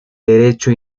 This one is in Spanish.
derecho